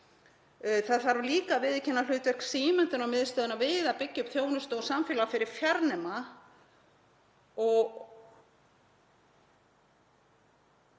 Það þarf líka að viðurkenna hlutverk símenntunarmiðstöðvanna við að byggja upp þjónustu og samfélag fyrir fjarnema og